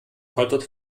poltert